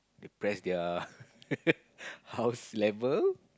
press their house level